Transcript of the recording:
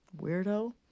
Weirdo